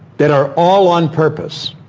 that are all on purpose.